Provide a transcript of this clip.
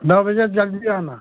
नौ बजे जल्दी आना